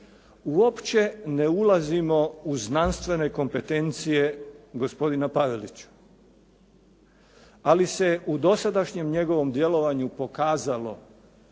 Uopće ne ulazimo u znanstvene kompetencije gospodina Pavelića, ali se u dosadašnjem njegovom djelovanju pokazalo